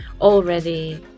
already